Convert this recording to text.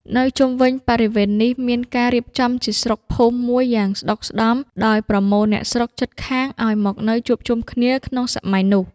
នៅជុំវិញបរិវេណនេះ មានការរៀបចំជាស្រុកភូមិមួយយ៉ាងស្តុកស្តម្ភ ដោយប្រមូលអ្នកស្រុកជិតខាងឲ្យមកនៅជួបជុំគ្នាក្នុងសម័យនោះ ។